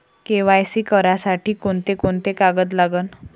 KYC करासाठी कोंते कोंते कागद लागन?